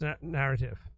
narrative